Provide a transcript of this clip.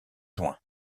juin